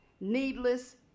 needless